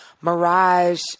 mirage